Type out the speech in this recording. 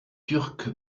turque